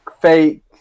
fake